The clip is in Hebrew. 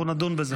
אנחנו נדון בזה.